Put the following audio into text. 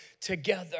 together